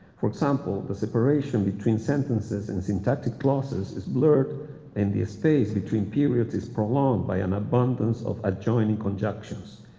for example, the separation between sentences and syntactic clauses is blurred and the space between periods is prolonged by an abundance of adjoining conjunctions,